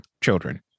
children